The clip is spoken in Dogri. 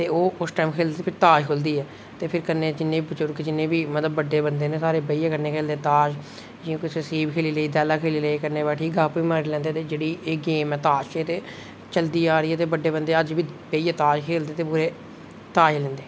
ते ओह् उस टाईम भी ताश खुढदी ऐ ते भी जिन्ने बी बड्डे बजुर्ग न जिन्ने बी बड्डे बंदे न सारे सारे बेहियै कन्नै खेढदे न ताश जि'यां कुसै सीप खेढी लेई दैह्ला खेढी लेआ कुसै नै कन्नै बेहियै ते गप्प बी मारी लैंदे ते कन्नै एह् जेह्ड़ी गेम ऐ ताश चलदी आवै दी ऐ ते बड्डे बंदे अज्ज बी खेढदे ताश ते पूरे ताज लैंदे